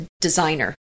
designer